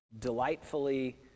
delightfully